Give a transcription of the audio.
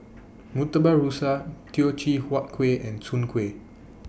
Murtabak Rusa Teochew Huat Kuih and Soon Kuih